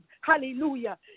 Hallelujah